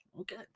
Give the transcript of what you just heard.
Okay